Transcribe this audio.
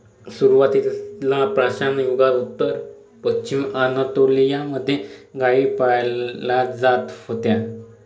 सुरुवातीला पाषाणयुगात उत्तर पश्चिमी अनातोलिया मध्ये गाई पाळल्या जात होत्या